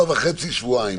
שבוע וחצי שבועיים.